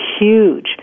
huge